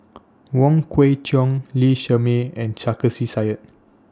Wong Kwei Cheong Lee Shermay and Sarkasi Said